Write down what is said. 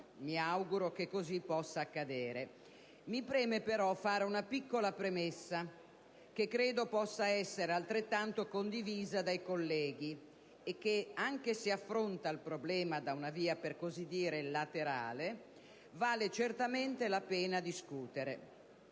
mi auguro che così possa accadere. Mi preme però fare una piccola premessa, che credo possa essere altrettanto condivisa dai colleghi e che, anche se affronta il problema da una via, per così dire, laterale, vale certamente la pena discutere.